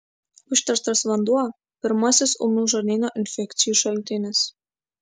užterštas vanduo pirmasis ūmių žarnyno infekcijų šaltinis